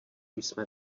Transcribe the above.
jsme